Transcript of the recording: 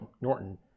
Norton